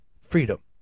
freedom